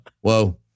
whoa